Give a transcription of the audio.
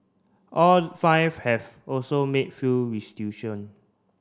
all five have also made full restitution